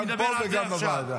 גם פה וגם בוועדה.